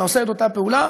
אתה עושה את אותה הפעולה,